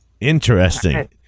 Interesting